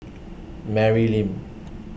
Mary Lim